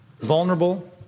vulnerable